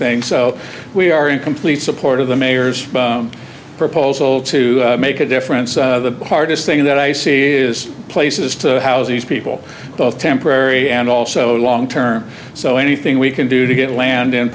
things so we are in complete support of the mayor's proposal to make a difference the hardest thing that i see is places to housing these people both temporary and also long term so anything we can do to get land